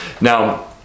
Now